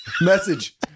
Message